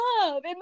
love